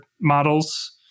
models